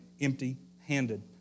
empty-handed